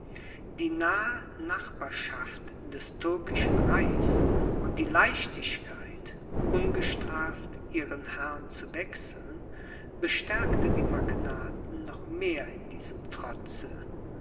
die nahe nachbarschaft des türkischen reichs und die leichtigkeit ungestraft ihren herrn zu wechseln bestärkte die magnaten noch mehr in diesem trotze